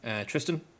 Tristan